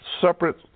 separate